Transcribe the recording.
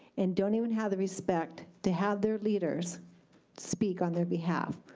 and don't even have the respect to have their leaders speak on their behalf,